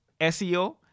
SEO